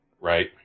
Right